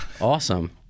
awesome